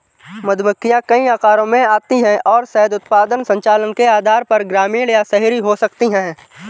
मधुमक्खियां कई आकारों में आती हैं और शहद उत्पादन संचालन के आधार पर ग्रामीण या शहरी हो सकती हैं